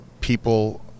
people